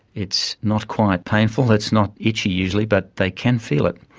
it's not quite painful, it's not itchy usually, but they can feel it.